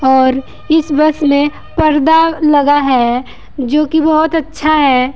और इस बस में पर्दा लगा है जो कि बहुत अच्छा है